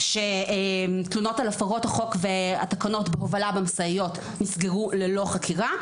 הן שתלונות על הפרות החוק והתקנות בהובלה במשאיות נסגרו ללא חקירה,